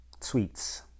tweets